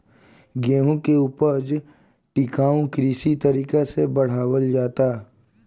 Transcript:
गेंहू के ऊपज टिकाऊ कृषि तरीका से बढ़ावल जाता